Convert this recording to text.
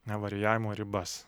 na varijavimo ribas